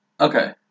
Okay